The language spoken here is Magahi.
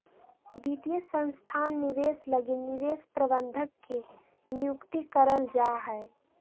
वित्तीय संस्थान निवेश लगी निवेश प्रबंधक के नियुक्ति करल जा हय